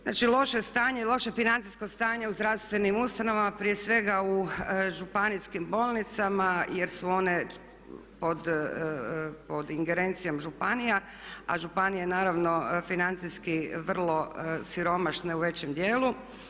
Znači loše stanje i loše financijsko stanje u zdravstvenim ustanovama prije svega u županijskim bolnicama jer su one pod ingerencijom županija, a županije naravno financijski vrlo siromašne u većem dijelu.